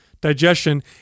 digestion